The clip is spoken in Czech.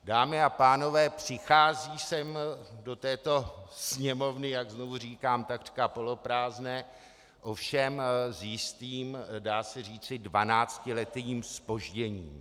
Dámy a pánové, přichází sem, do této Sněmovny, jak znovu říkám takřka poloprázdné, ovšem s jistým, dá se říci, dvanáctiletým zpožděním.